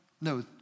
No